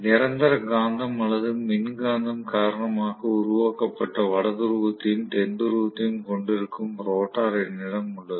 நிரந்தர காந்தம் அல்லது மின்காந்தம் காரணமாக உருவாக்கப் பட்ட வட துருவத்தையும் தென் துருவத்தையும் கொண்டிருக்கும் ரோட்டார் என்னிடம் உள்ளது